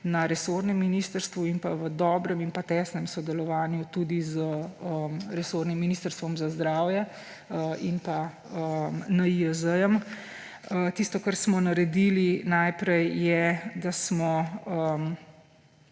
na resornem ministrstvu in v dobrem in tesnem sodelovanju tudi z resornim Ministrstvom za zdravje in NIJZ. Tisto, kar smo naredili najprej, je, da smo